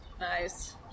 nice